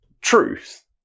truth